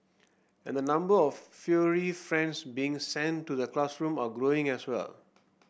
and the number of furry friends being sent to the classroom are growing as well